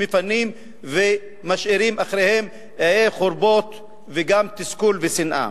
מפנים ומשאירים אחריהם עיי חורבות וגם תסכול ושנאה.